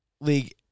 League